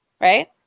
Right